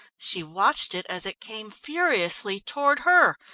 she watched it as it came furiously toward her,